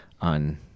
on